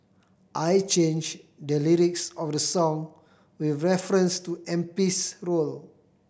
I changed the lyrics of the song with reference to MP's role